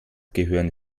gehören